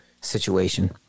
situation